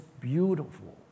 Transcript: beautiful